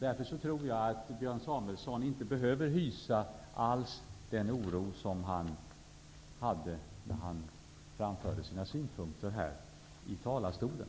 Därför tror jag att Björn Samuelson inte alls behöver hysa den oro som han har framfört här i talarstolen.